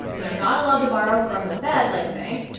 and they're not allowed to borrow from the fed like a bank.